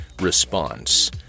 Response